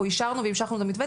אנחנו אישרנו והמשכנו את המתווה.